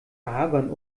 argon